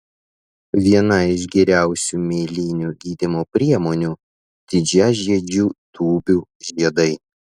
viena iš geriausių mėlynių gydymo priemonių didžiažiedžių tūbių žiedai